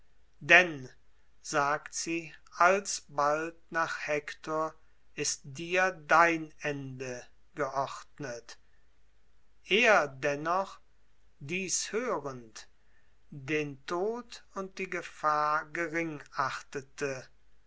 denn sagt sie alsbald nach hektor ist dir dein ende geordnete er dennoch dieses hörend den tod und die gefahr gering achtete